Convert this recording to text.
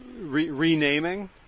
renaming